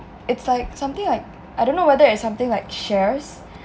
it's like something like I don't know whether it's something like shares